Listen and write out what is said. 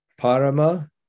parama